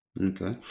Okay